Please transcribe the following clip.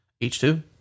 H2